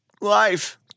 life